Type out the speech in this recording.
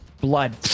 blood